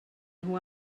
nhw